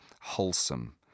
wholesome